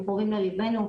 הם קרובים לליבנו,